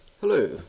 Hello